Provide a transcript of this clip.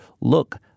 look